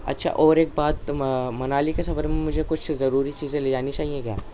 اچھا اور ایک بات منالی کے سفر میں مجھے کچھ ضروری چیزیں لے جانی چاہئیں کیا